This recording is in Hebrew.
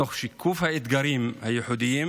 תוך שיקוף האתגרים הייחודיים